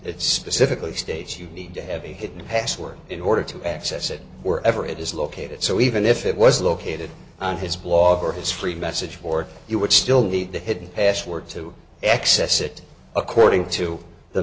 it specifically states you need to have a hidden password in order to access it were ever it is located so even if it was located on his blog or his free message board you would still need the hidden password to access it according to the